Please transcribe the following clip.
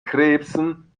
krebsen